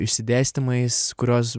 išsidėstymais kuriuos